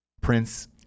Prince